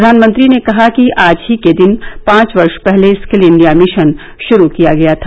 प्रधानमंत्री ने कहा कि आज ही के दिन पांच वर्ष पहले रिकल इंडिया मिशन शुरू किया गया था